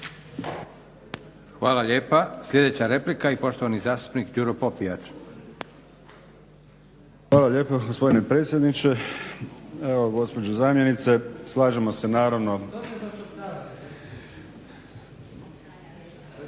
Hvala lijepa. Sljedeća replika i poštovani zastupnik Đuro Popijač. **Popijač, Đuro (HDZ)** Hvala lijepa gospodine predsjedniče. Evo gospođo zamjenice slažemo se naravno